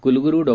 कुलगुरु डॉ